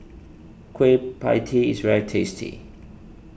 Kueh Pie Tee is very tasty